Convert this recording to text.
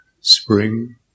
spring